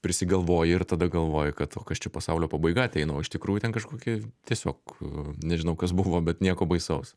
prisigalvoji ir tada galvoji kad o kas čia pasaulio pabaiga ateina o iš tikrųjų ten kažkokie tiesiog nežinau kas buvo bet nieko baisaus